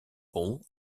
ball